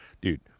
dude